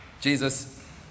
Jesus